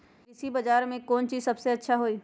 कृषि बजार में कौन चीज सबसे अच्छा होई?